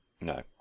No